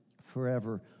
forever